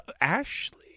Ashley